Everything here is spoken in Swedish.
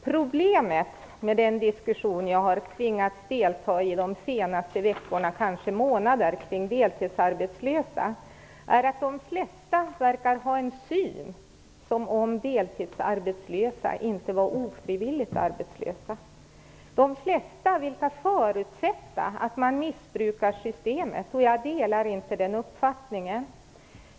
Problemet med den diskussion jag har tvingats delta i de senaste veckorna och kanske månaderna kring de deltidsarbetslösa är att de flesta verkar anse att de deltidsarbetslösa inte är ofrivilligt arbetslösa. De flesta verkar förutsätta att man missbrukar systemet, och jag delar inte den uppfattningen.